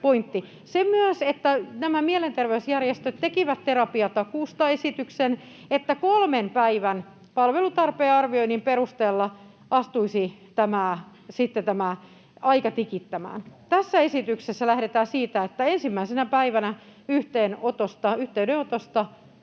Se myös, että nämä mielenterveysjärjestöt tekivät terapiatakuusta esityksen, että kolmen päivän palvelutarpeen arvioinnin perusteella astuisi aika tikittämään. Tässä esityksessä lähdetään siitä, että ensimmäisenä päivänä yhteydenotosta